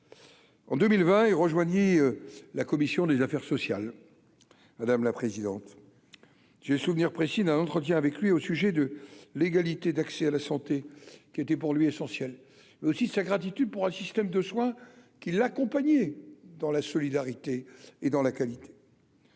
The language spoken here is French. en 2020 et rejoignez la commission des affaires sociales, madame la présidente j'ai souvenir précis d'un entretien avec lui au sujet de l'égalité d'accès à la santé qui était pour lui essentiel si sa gratitude pour un système de soins qui l'accompagnait dans la solidarité et dans la qualité.